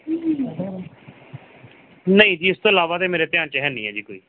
ਨਹੀਂ ਜੀ ਇਸ ਤੋਂ ਇਲਾਵਾ ਤਾਂ ਮੇਰੇ ਧਿਆਨ 'ਚ ਹੈ ਨਹੀਂ ਹੈ ਜੀ ਕੋਈ